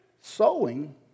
Sowing